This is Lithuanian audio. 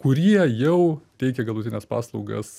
kurie jau teikia galutines paslaugas